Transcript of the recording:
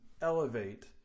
elevate